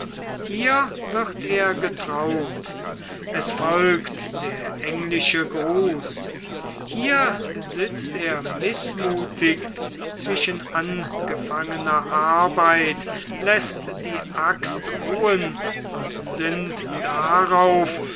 hier wird er getraut es folgt der englische gruß hier sitzt er mißmutig zwischen angefangener arbeit läßt die axt ruhen und sinnt darauf